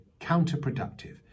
counterproductive